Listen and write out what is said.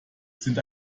sind